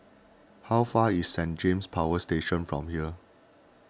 how far is Saint James Power Station from here